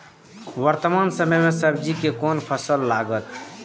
वर्तमान समय में सब्जी के कोन फसल लागत?